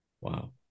wow